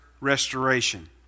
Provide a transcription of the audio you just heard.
restoration